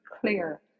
clear